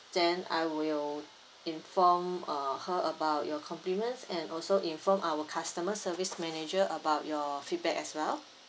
then I will inform uh her about your compliments and also inform our customer service manager about your feedback as well